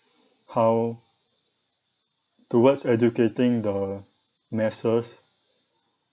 how towards educating the masses